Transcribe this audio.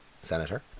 senator